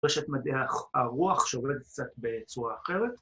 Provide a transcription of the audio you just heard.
‫רשת מדעי הרוח שעובדת קצת בצורה אחרת.